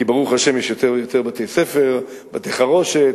כי ברוך השם יש יותר ויותר בתי-ספר, בתי-חרושת,